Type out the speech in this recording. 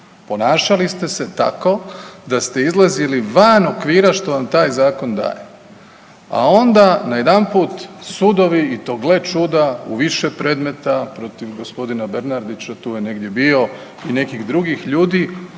ponašali ste se tako da ste izlazili van okvira što vam taj zakon daje. A onda najedanput sudovi i to gle čuda u više predmeta protiv gospodina Bernardića, tu je negdje bio i nekih drugih ljudi